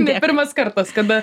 ne pirmas kartas kada